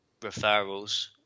referrals